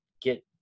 get